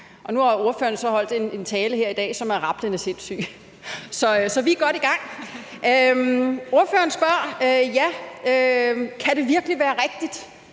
nu har ordføreren så holdt en tale her i dag, som er rablende sindssyg. Så vi er godt i gang. Ordføreren spørger, om det virkelig kan være rigtigt,